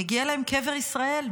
מגיע להם קבר ישראל,